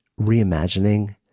reimagining